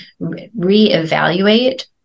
reevaluate